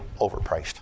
overpriced